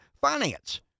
finance